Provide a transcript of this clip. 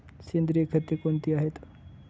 सेंद्रिय खते कोणती आहेत?